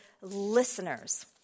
listeners